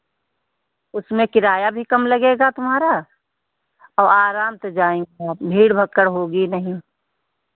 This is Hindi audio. उसमें किराया भी कम लगेगा तुम्हारा और आराम से जाएंगे आप भीड़ भक्कड़ होगी नहीं